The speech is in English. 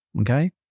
Okay